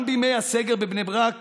גם בימי הסגר בבני ברק